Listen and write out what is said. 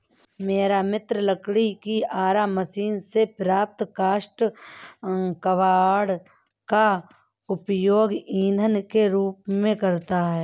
मेरा मित्र लकड़ी की आरा मशीन से प्राप्त काष्ठ कबाड़ का उपयोग ईंधन के रूप में करता है